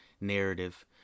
narrative